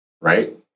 right